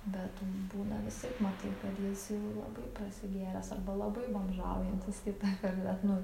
bet būna visaip matai kad jis jau labai prasigėręs arba labai bomžaujantis kitąkart bet nu